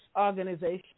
organization